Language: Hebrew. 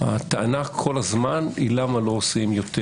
כל הזמן הטענה היא למה לא עושים יותר.